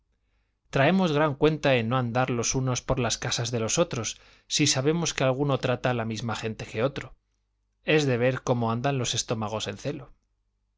traemos gran cuenta en no andar los unos por las casas de los otros si sabemos que alguno trata la misma gente que otro es de ver cómo andan los estómagos en celo